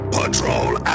Patrol